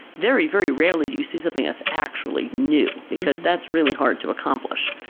very, very rarely do you see something that's actually new, because that's really hard to accomplish.